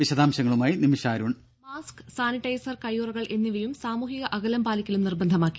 വിശദാംശങ്ങളുമായി നിമിഷ അരുൺ ദേദ mask sanitizer കയ്യുറകൾ എന്നിവയും സാമൂഹിക അകലം പാലിക്കലും നിർബന്ധമാക്കി